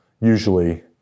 usually